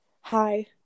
Hi